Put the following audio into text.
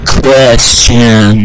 question